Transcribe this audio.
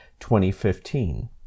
2015